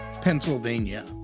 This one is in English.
Pennsylvania